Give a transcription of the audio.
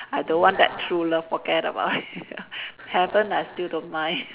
I don't want that true love forget about it heaven I still don't mind